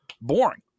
boring